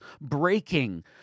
breaking